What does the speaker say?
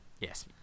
Yes